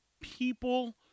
people